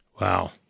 Wow